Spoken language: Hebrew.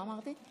מה אמרתי?